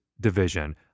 division